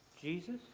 Jesus